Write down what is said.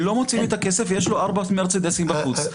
לא מוצאים את הכסף ויש לו 4 מרצדסים בחוץ,